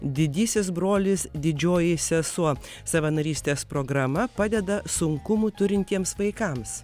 didysis brolis didžioji sesuo savanorystės programa padeda sunkumų turintiems vaikams